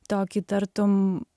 tokį tartum